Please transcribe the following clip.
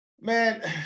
man